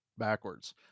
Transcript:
backwards